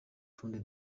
tundi